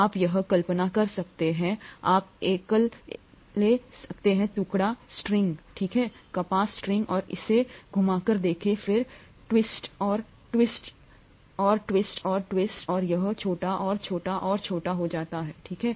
आप यह कल्पना कर सकते हैं आप एक ले सकते हैं टुकड़ा स्ट्रिंग ठीक है कपास स्ट्रिंग और इसे घुमाकर देखें फिर ट्विस्ट और ट्विस्ट और ट्विस्ट और ट्विस्ट और यह छोटा और छोटा और छोटा होता जाता है ठीक है